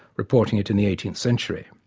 reporting it in the eighteenth century.